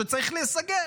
שצריך להיסגר.